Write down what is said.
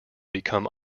become